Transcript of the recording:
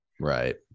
right